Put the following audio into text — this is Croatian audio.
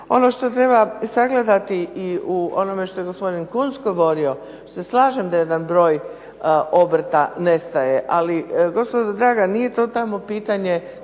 Ono što treba sagledati i u onome što je gospodin Kunst govorio se slažem da jedan broj obrta nestaje, ali gospodo draga nije to tamo pitanje